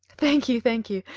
thank you, thank you.